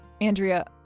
Andrea